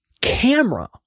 camera